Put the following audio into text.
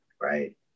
right